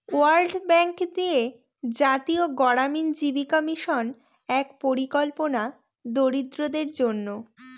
world bank দিয়ে জাতীয় গড়ামিন জীবিকা মিশন এক পরিকল্পনা দরিদ্রদের জন্য